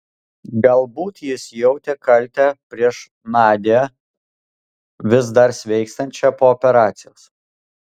galbūt jis jautė kaltę prieš nadią vis dar sveikstančią po operacijos